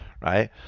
Right